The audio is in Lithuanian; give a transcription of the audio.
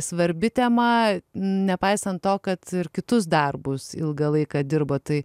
svarbi tema nepaisant to kad kitus darbus ilgą laiką dirbot tai